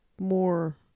more